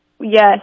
Yes